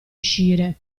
uscire